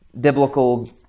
biblical